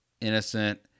innocent